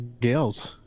Gales